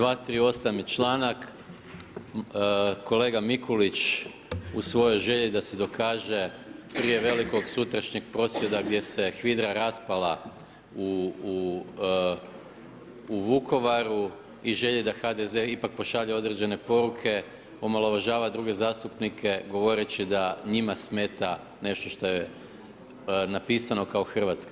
238. je članak, kolega Mikulić u svojoj želji da se dokaže prije velikog sutrašnjeg prosvjeda gdje se HVIDRA raspala u Vukovaru i želji da HDZ ipak pošalje određene poruke omalovažava druge zastupnike govoreći da njima smeta nešto što je napisano kao hrvatska.